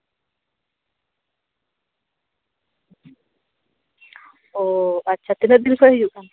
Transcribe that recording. ᱚ ᱟᱪᱪᱷᱟ ᱛᱤᱱᱟᱹᱜ ᱫᱤᱱ ᱠᱷᱚᱱ ᱦᱩᱭᱩᱜ ᱠᱟᱱ ᱛᱟᱢᱟ